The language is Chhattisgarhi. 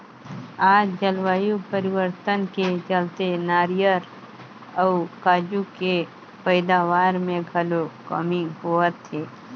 आज जलवायु परिवर्तन के चलते नारियर अउ काजू के पइदावार मे घलो कमी होवत हे